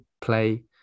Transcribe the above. play